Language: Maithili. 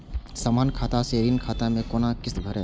समान खाता से ऋण खाता मैं कोना किस्त भैर?